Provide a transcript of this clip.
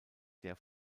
der